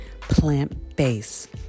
plant-based